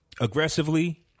aggressively